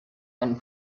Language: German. ein